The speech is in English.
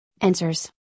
Answers